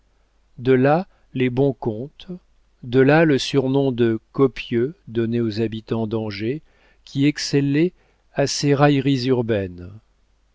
de là les bons contes de là le surnom de copieux donné aux habitants d'angers qui excellaient à ces railleries